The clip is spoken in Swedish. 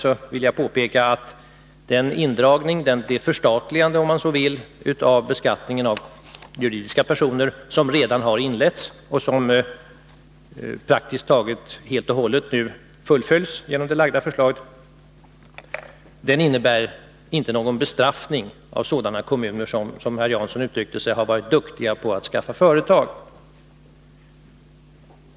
Jag vill påpeka att den indragning — det förstatligande om man så vill — av beskattningen av juridiska personer som redan har inletts och som praktiskt taget helt och hållet nu fullföljs genom det framlagda förslaget inte innebär någon bestraffning av sådana kommuner som — såsom herr Jansson uttryckte sig — är duktiga på att skaffa företag.